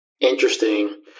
Interesting